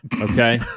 okay